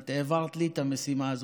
את העברת לי את המשימה הזאת,